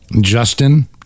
Justin